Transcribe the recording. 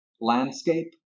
landscape